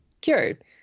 cured